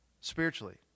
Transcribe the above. spiritually